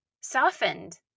softened